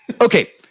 okay